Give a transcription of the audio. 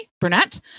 Burnett